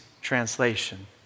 translation